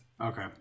okay